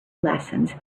lessons